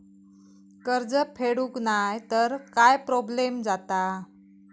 कर्ज फेडूक नाय तर काय प्रोब्लेम जाता?